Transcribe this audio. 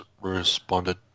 responded